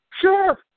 Sure